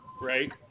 right